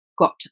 got